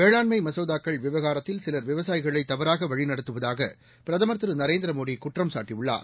வேளாண்மை மசோதாக்கள் விவகாரத்தில் சிவர் விவசாயிகளை தவறாக வழிநடத்துவதாக பிரதமர் திரு நரேந்திரமோடி குற்றம்சாட்டியுள்ளார்